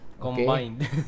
Combined